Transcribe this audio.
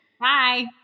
Bye